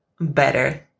better